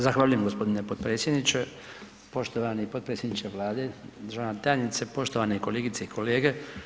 Zahvaljujem gospodine podpredsjedniče, poštovani podpredsjedniče Vlade, državna tajnice, poštovane kolegice i kolege.